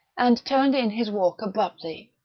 and turned in his walk abruptly.